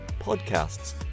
podcasts